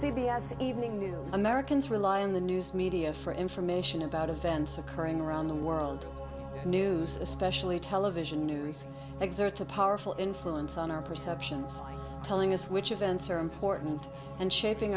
s evening news americans rely on the news media for information about events occurring around the world news especially television news exerts a powerful influence on our perceptions telling us which events are important and shaping